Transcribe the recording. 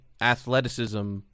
athleticism